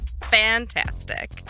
Fantastic